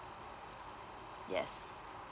yes